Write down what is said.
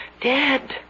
Dead